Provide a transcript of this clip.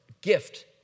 gift